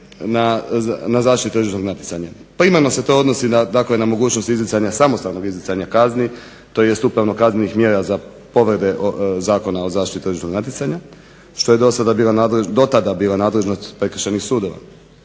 na zaštitu tržišnog natjecanja. Primarno se to odnosi na mogućnost samostalnog izricanja kazni tj. upravno kaznenih mjera za povrede Zakona o zaštiti tržišnog natjecanja što je dotada bila nadležnost prekršajnih sudova.